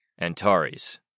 Antares